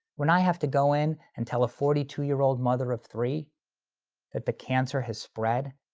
when i have to go in and tell a forty two year old mother of three that the cancer has spread,